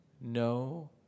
No